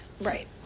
right